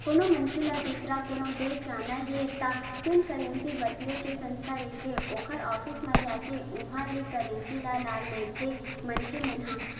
कोनो मनखे ल दुसर कोनो देस जाना हे त जेन करेंसी बदले के संस्था रहिथे ओखर ऑफिस म जाके उहाँ के करेंसी ल ले लेथे मनखे मन ह